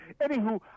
Anywho